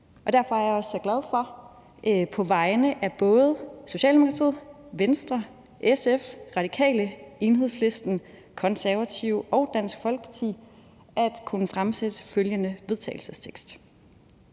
Derfor er jeg også så glad for på vegne af både Socialdemokratiet, Venstre, SF, Radikale, Enhedslisten, Konservative og Dansk Folkeparti at kunne fremsætte følgende: Forslag til